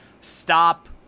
stop